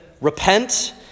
Repent